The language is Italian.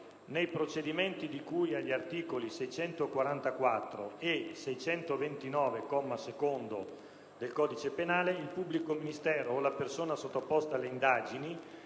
per i delitti di cui agli articoli 644 o 629 del codice penale, il pubblico ministero o la persona sottoposta alle indagini